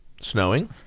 snowing